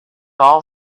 all